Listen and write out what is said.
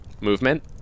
movement